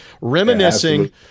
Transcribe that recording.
reminiscing